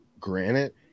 granite